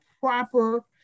proper